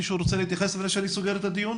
מישהו רוצה להתייחס לפני שאני סוגר את הדיון?